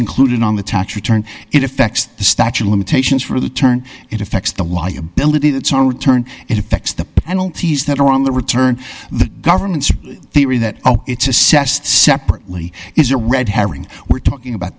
included on the tax return it affects the statue of limitations for the turn it affects the liability that sort of return it affects the penalties that are on the return the government's theory that it's assessed separately is a red herring we're talking about